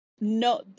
no